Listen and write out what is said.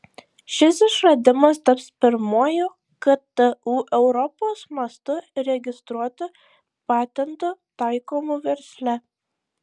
šis išradimas taps pirmuoju ktu europos mastu registruotu patentu taikomu versle